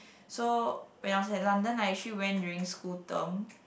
so when I was at London I actually went during school term